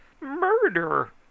Murder